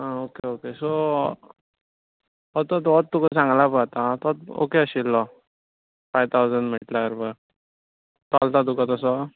हां okay okay so हो तो तुका सांगला पळय आतां तोच ओके आशिल्लो फायव टाउसंड म्हणल्यार चलता तुका तसो